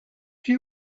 توی